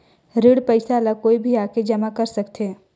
ऋण पईसा ला कोई भी आके जमा कर सकथे?